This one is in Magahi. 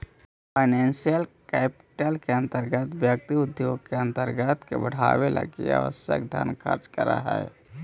फाइनेंशियल कैपिटल के अंतर्गत व्यक्ति उद्योग के उत्पादन के बढ़ावे लगी आवश्यक धन खर्च करऽ हई